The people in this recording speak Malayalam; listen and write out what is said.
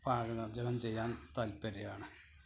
പാചകം ചെയ്യാൻ താൽപര്യമാണ്